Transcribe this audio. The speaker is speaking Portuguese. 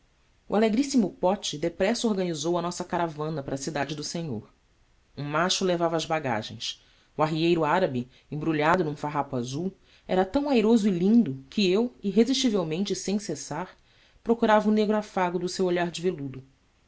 o alegríssimo pote depressa organizou a nossa caravana para a cidade do senhor um macho levava as bagagens o arrieiro árabe embrulhado num farrapo azul era tão airoso e lindo que eu irresistivelmente e sem cessar procurava o negro afago do seu olhar de veludo